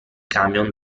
camion